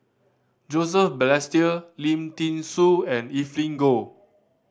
Joseph Balestier Lim Thean Soo and Evelyn Goh